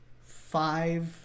five